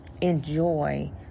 enjoy